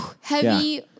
heavy